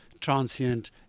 transient